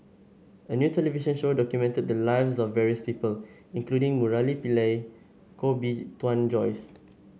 a new television show documented the lives of various people including Murali Pillai Koh Bee Tuan Joyce